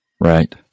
Right